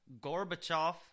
Gorbachev